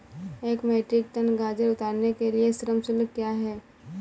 एक metric ton गाजर उतारने के लिए श्रम शुल्क क्या है?